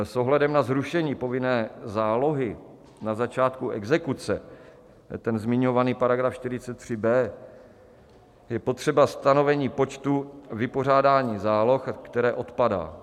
S ohledem na zrušení povinné zálohy na začátku exekuce, ten zmiňovaný § 43b, je potřeba stanovení počtu vypořádání záloh, které odpadá.